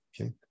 okay